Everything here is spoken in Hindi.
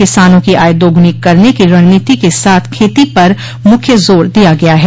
किसानों की आय दोगुनी करने की रणनीति के साथ खेती पर मुख्य जोर दिया गया है